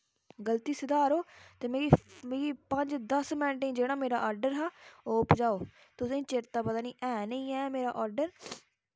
गल्ती सधारो ते मिगी मिगी पंज दस मैन्टें च जेह्ड़ा मेरा आर्डर हा ओह् भजाओ तुसें चेत्ता पता निं ऐ जां नेईं ऐ मेरा आर्डर